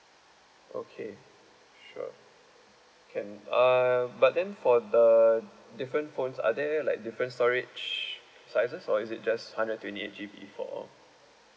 okay sure can uh but then for the different phones are there like different storage sizes or is it just hundred twenty eight G_B for all